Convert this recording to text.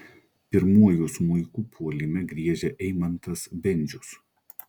pirmuoju smuiku puolime griežia eimantas bendžius